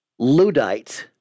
Ludite